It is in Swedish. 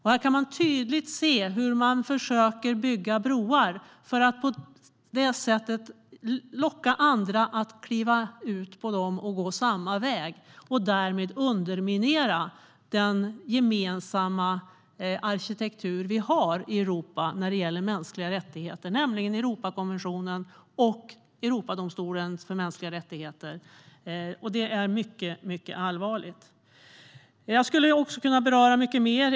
Här kan man tydligt se hur man försöker bygga broar för att på det sättet locka andra att gå samma väg och därmed underminera den gemensamma arkitektur vi har i Europa när det gäller mänskliga rättigheter, nämligen Europakonventionen och Europadomstolen för mänskliga rättigheter. Det är mycket allvarligt. Jag skulle kunna ta upp mycket mer.